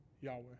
Yahweh